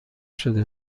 شده